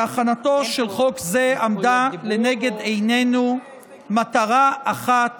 בהכנתו של חוק זה עמדה לנגד עינינו מטרה אחת